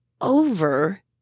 over